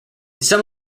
some